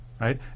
right